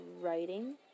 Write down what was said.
writing